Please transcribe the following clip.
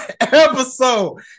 episode